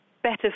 Better